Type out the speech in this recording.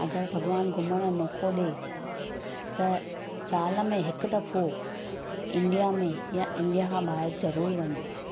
अगरि भॻवान घुमण जो मौक़ो ॾिए त साल में हिकु दफो इंडिया में या इंडिया खां ॿाहिरि ज़रूर वञिजे